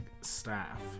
staff